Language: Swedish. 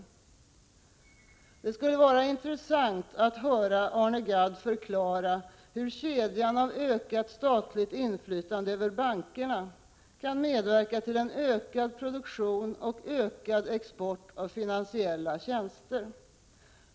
Det skulle vara intressant att höra Arne Gadd förklara hur kedjan av ökat statligt inflytande över bankerna kan medverka till ökad produktion och ökad export av finansiella tjänster.